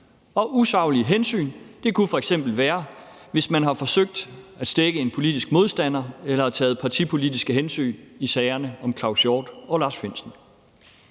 Og usaglige hensyn kunne f.eks. være, hvis man har forsøgt at stække en politisk modtager eller har taget partipolitiske hensyn i sagerne om Claus Hjort Frederiksen